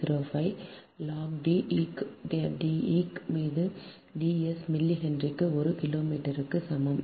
4605 log D eq D eq மீது D s மில்லிஹென்ரிக்கு ஒரு கிலோமீட்டருக்கு சமம்